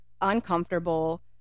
uncomfortable